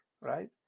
right